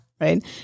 Right